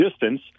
distance